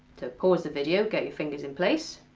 pause the video get your fingers in place.